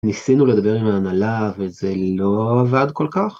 ניסינו לדבר עם ההנהלה, וזה לא עבד כל כך.